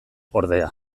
ordea